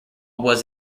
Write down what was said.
was